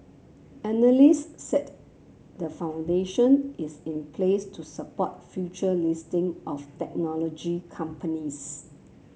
analyst said the foundation is in place to support future listing of technology companies